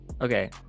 Okay